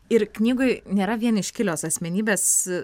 ir knygoj nėra vien iškilios asmenybės